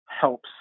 helps